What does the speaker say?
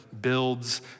builds